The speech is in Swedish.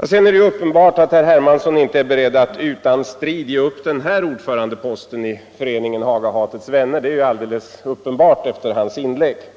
Att herr Hermansson inte är beredd att utan strid ge upp ordförandeposten i föreningen Hagahatets vänner är efter hans inlägg alldeles uppenbart.